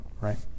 right